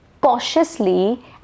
cautiously